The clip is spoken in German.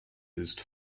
ist